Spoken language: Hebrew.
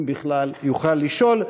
אם בכלל יוכל לשאול.